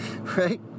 Right